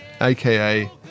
AKA